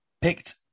picked